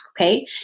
okay